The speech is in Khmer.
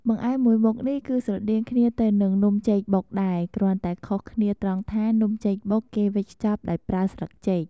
បង្អែមមួយមុខនេះគឺស្រដៀងគ្នាទៅហ្នឹងនំចេកបុកដែរ គ្រាន់តែខុសគ្នាត្រង់ថានំចេកបុកគេវេចខ្ចប់ដោយប្រើស្លឹកចេក។